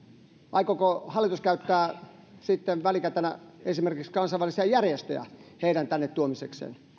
aikooko hallitus käyttää sitten välikätenä esimerkiksi kansainvälisiä järjestöjä heidän tänne tuomiseksi